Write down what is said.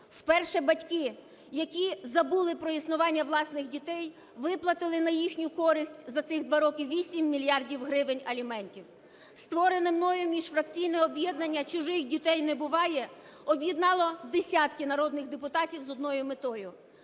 вперше батьки, які забули про існування власних дітей, виплатили на їхню користь за цих два роки 8 мільярдів гривень аліментів. Створене мною міжфракційне об'єднання "Чужих дітей не буває" об'єднало десятки народних депутатів з одною метою: